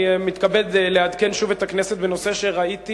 אני מתכבד לעדכן שוב את הכנסת בנושא שראיתי